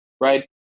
right